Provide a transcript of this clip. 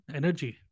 energy